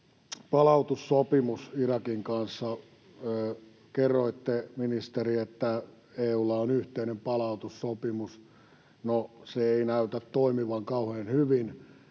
palautussopimus Irakin kanssa. Kerroitte, ministeri, että EU:lla on yhteinen palautussopimus. No, se ei näytä toimivan kauhean hyvin.